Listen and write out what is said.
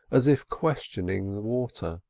as if questioning the water.